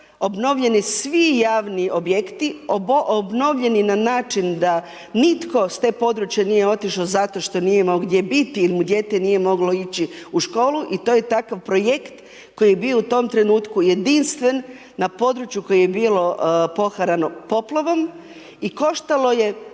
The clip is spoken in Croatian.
obnovljeni svi javni objekti, obnovljeni na način da nitko s te područja nije otišao zato što nije imao gdje biti ili mu dijete nije moglo ići u školu i to je takav projekt koji je bio u takvom trenutku jedinstven, na području koje je bilo poharano poplavom i koštalo je,